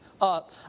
up